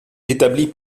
établie